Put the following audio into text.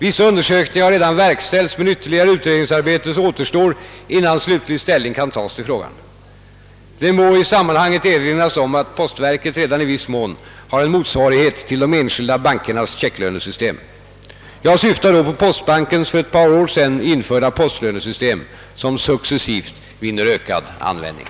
Vissa undersökningar har redan verkställts, men ytterligare utredningsarbete återstår, innan slutlig ställning kan tas till frågan. Det må i sammanhanget erinras om att postverket redan i viss mån har en motsvarighet till de enskilda bankernas checklönesystem. Jag syftar då på postbankens för ett par år sedan införda postlönesystem, som successivt vinner ökad användning.